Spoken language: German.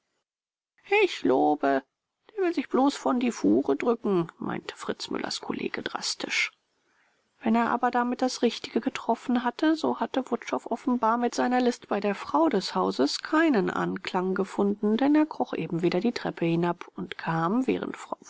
ick jloobe der will sich bloß von die fuhre drücken meinte fritz müllers kollege drastisch wenn er aber damit das richtige getroffen hatte so hatte wutschow offenbar mit seiner list bei der frau des hauses keinen anklang gefunden denn er kroch eben wieder die treppe hinab und kam während frau